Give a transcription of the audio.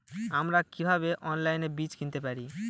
আমরা কীভাবে অনলাইনে বীজ কিনতে পারি?